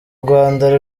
rwanda